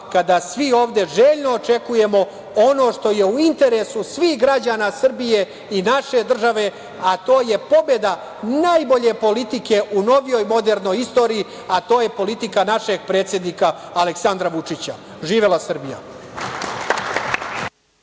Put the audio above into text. kada svi ovde željno očekujemo ono što je u interesu svih građana Srbije i naše države, a to je pobeda najbolje politike u novijoj modernoj istoriji, a to je politika našeg predsednika, Aleksandra Vučića. Živela Srbija!